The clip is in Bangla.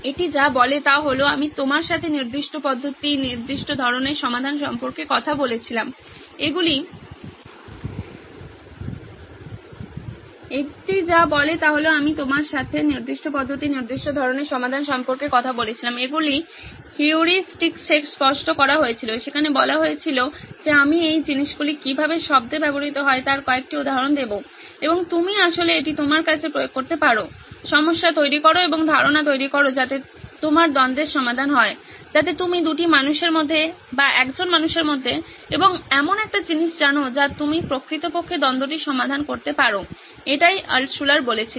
এটি যা বলে তা হল আমি আপনার সাথে নির্দিষ্ট পদ্ধতি নির্দিষ্ট ধরণের সমাধান সম্পর্কে কথা বলেছিলাম এগুলি হিউরিস্টিক্সে স্পষ্ট করা হয়েছিল সেখানে বলা হয়েছিল যে আমি এই জিনিসগুলি কীভাবে শব্দে ব্যবহৃত হয় তার কয়েকটি উদাহরণ দেবো এবং আপনি আসলে এটি আপনার কাছে প্রয়োগ করতে পারেন সমস্যা তৈরি করুন এবং ধারনা তৈরি করুন যাতে আপনার দ্বন্দ্বের সমাধান হয় যাতে আপনি দুটি মানুষের মধ্যে বা একজন মানুষের মধ্যে এবং এমন একটি জিনিস জানেন যা আপনি প্রকৃতপক্ষে দ্বন্দ্বটি সমাধান করতে পারেন এটাই আল্টশুলার বলেছিলেন